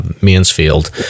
Mansfield